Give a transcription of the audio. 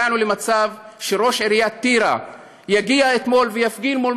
הגענו למצב שראש עיריית טירה הגיע אתמול והפגין מול